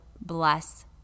bless